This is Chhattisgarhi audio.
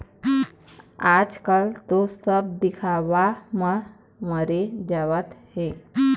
आजकल तो सब दिखावा म मरे जावत हें